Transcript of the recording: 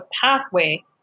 pathway